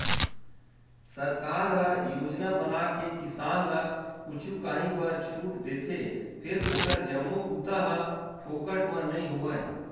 सरकार ह योजना बनाके किसान ल कुछु काही बर छूट देथे फेर ओखर जम्मो बूता ह फोकट म नइ होवय